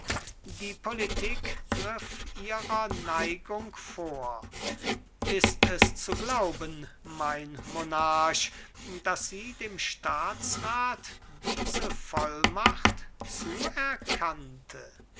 die politik griff ihrer neigung vor ist es zu glauben mein monarch daß sie dem staatsrat diese vollmacht zuerkannte